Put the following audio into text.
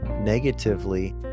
negatively